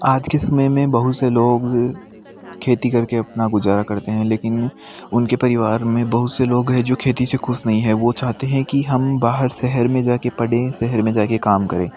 आज के समय में बहुत से लोग खेती करके अपना गुजारा करते हैं लेकिन उनके परिवार में बहुत से लोग हैं जो खेती से खुश नहीं है वो चाहते हैं कि हम बाहर शहर में जाके पढ़े शहर में जाकर काम करें